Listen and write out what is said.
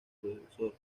predecesor